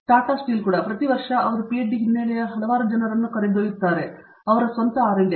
Tata steel ಕೂಡಾ ಪ್ರತಿ ವರ್ಷ ಅವರು ಪಿಹೆಚ್ಡಿ ಹಿನ್ನಲೆಯಲ್ಲಿ ಹಲವಾರು ಜನರನ್ನು ಕರೆದೊಯ್ಯುತ್ತಿದ್ದಾರೆ ಅವರ ಸ್ವಂತ ಆರ್ ಡಿ